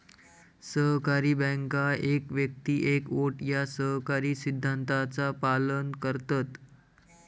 सहकारी बँका एक व्यक्ती एक वोट या सहकारी सिद्धांताचा पालन करतत